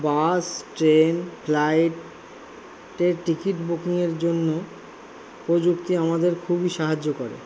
বাস train flight টের ticket বুকিংয়ের জন্য প্রযুক্তি আমাদের খুবই সাহায্য করে